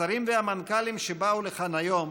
השרים והמנכ"לים שבאו לכאן היום